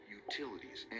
utilities